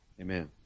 amen